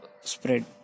spread